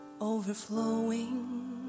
overflowing